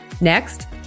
Next